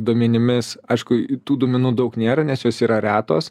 duomenimis aišku tų duomenų daug nėra nes jos yra retos